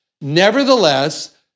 nevertheless